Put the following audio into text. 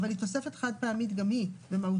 אבל היא תוספת חד פעמית גם היא במהותה.